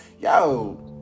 yo